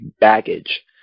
baggage